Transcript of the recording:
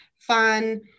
fun